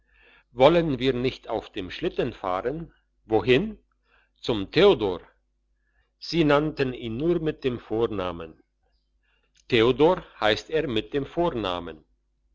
wollen wir nicht auf dem schlitten fahren wohin zum theodor sie nannten ihn nur mit dem vornamen theodor heisst er mit dem vornamen